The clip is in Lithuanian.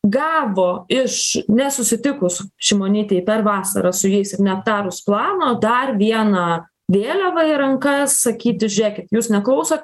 gavo iš nesusitikus šimonytei per vasarą su jais ir neaptarus plano dar vieną vėliavą į rankas sakyti žėkit jūs neklausot